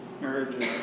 marriages